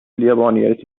اليابانية